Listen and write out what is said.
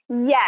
Yes